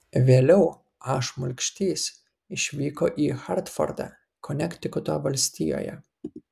vėliau a šmulkštys išvyko į hartfordą konektikuto valstijoje